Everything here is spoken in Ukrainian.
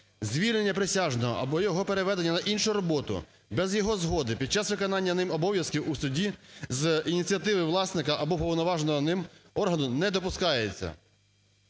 Звільнення присяжного або його переведення на іншу роботу без його згоди під час виконання ним обов'язків у суді з ініціатива власника або уповноваженого ним органу не допускається".